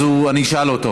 אז אני אשאל אותו.